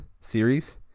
series